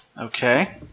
Okay